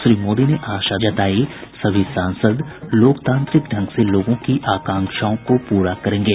श्री मोदी ने आशा जतायी सभी सांसद लोकतांत्रिक ढंग से लोगों की आकांक्षाओं को पूरा करेंगे